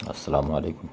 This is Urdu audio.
السلام علیکم